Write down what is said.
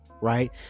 right